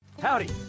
Howdy